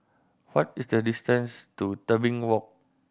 what is the distance to Tebing Walk